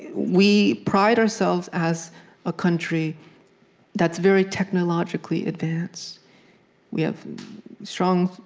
we pride ourselves, as a country that's very technologically advanced we have strong,